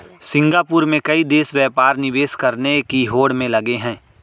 Singapore में कई देश व्यापार निवेश करने की होड़ में लगे हैं